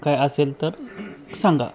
काही असेल तर सांगा